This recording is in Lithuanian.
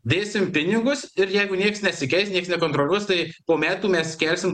dėsim pinigus ir jeigu nieks nesikeis nieks nekontroliuos tai po metų mes kelsim